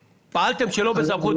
שם, כי בגלל שהפנו אותם